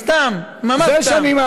סתם, ממש סתם.